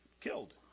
killed